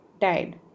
died